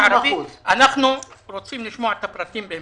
אנחנו רוצים לשמוע את הפרטים בהמשך.